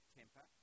temper